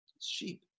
sheep